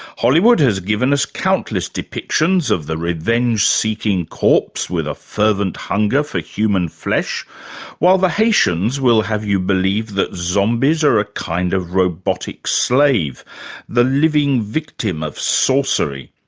hollywood has given us countless depictions of the revenge-seeking corpse with a fervent hunger for human flesh while the haitians will have you believe that zombies are a kind of robotic slave the living victim of sorcery.